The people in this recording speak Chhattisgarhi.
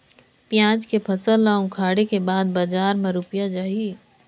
पियाज के फसल ला उखाड़े के बाद बजार मा रुपिया जाही?